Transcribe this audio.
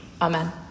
Amen